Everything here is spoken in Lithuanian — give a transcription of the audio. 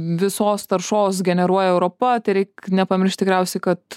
visos taršos generuoja europa tai reik nepamiršt tikriausiai kad